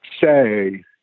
say